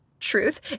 truth